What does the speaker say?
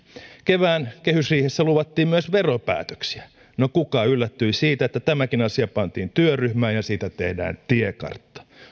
kevään kehysriihessä luvattiin myös veropäätöksiä no kuka yllättyi siitä että tämäkin asia pantiin työryhmään ja siitä tehdään tiekartta no